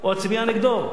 או אצביע נגדו.